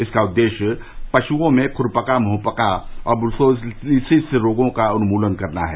इसका उदेश्य पशुओं में खुरपका मुंहपका और ब्रूसेलोसिस रोगों का उन्मूलन करना है